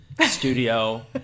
studio